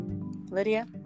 Lydia